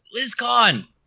BlizzCon